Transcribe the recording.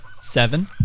Seven